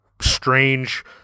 strange